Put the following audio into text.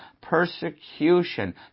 persecution